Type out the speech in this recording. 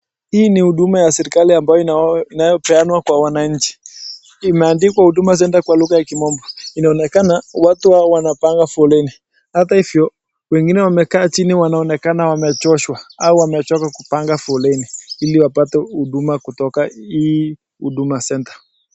Hii ni huduma ya serikali inayo peanwa kwa wananchi, imeandikwa huduma center kwa lugha ya kimombo, inaonekana watu hao wnapanga foleni, hata hivyo wengine wamekaa chini wameonekana wamechoshwa au wamechoka kupanga foleni, ili wapate huduma kutika hii huduma center .